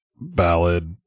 ballad